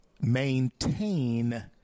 maintain